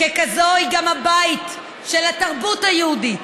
וככזאת היא גם הבית של התרבות היהודית.